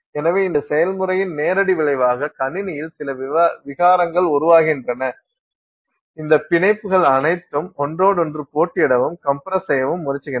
எனவே இந்த செயல்முறையின் நேரடி விளைவாக கணினியில் சில விகாரங்கள் உருவாகின்றன இந்த பிணைப்புகள் அனைத்தும் ஒன்றோடொன்று போட்டியிடவும் கம்ப்ரஸ் செய்யவும் முயற்சிக்கின்றன